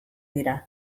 dira